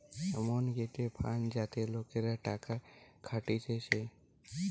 এমন গটে ফান্ড যাতে লোকরা টাকা খাটাতিছে